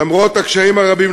למרות הקשיים הרבים,